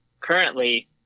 currently